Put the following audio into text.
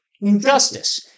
Injustice